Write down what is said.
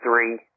three